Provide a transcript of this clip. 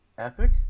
Epic